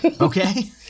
Okay